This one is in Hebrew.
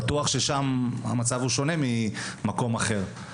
בטוח ששם המצב הוא שונה ממקום אחר.